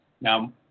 Now